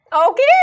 Okay